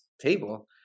table